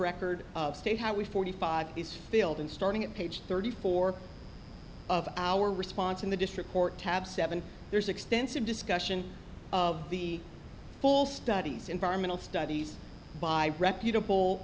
record state how we forty five is filled in starting at page thirty four of our response in the district court tab seven there's extensive discussion of the full studies environmental studies by reputable